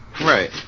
Right